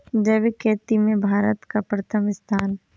जैविक खेती में भारत का प्रथम स्थान